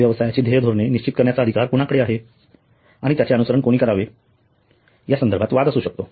व्यवसायाची ध्येय धोरणे निश्चित करण्याचा अधिकार कोणाकडे आहे आणि त्याचे अनुसरण कोणी करावे यासंदर्भात वाद असू शकतो